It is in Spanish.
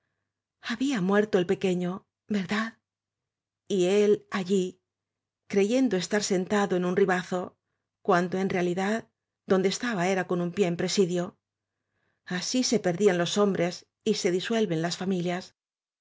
había muerto el pequeño verdad y él allí creyendo estar sentado en un ribazo cuando en realidad donde estaba era con un pie en presidio así se pierden los hom bres y se disuelven las familias